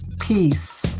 peace